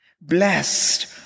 Blessed